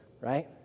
right